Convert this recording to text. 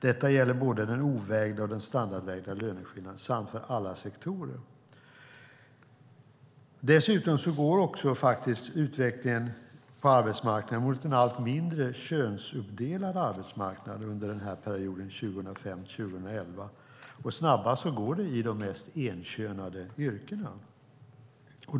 Detta gäller både den ovägda och den standardvägda löneskillnaden, samt för alla sektorer." Dessutom gick utvecklingen mot en allt mindre könsuppdelad arbetsmarknad under perioden 2005-2011. Snabbast går det i de mest enkönade yrkena.